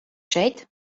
šeit